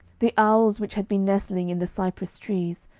the owls which had been nestling in the cypress-trees,